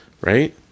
Right